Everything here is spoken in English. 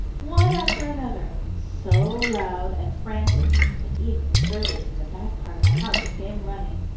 one after another, so loud and frantic that even the servants in the back part of the house came running.